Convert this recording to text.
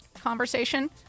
conversation